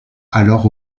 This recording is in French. alors